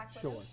Sure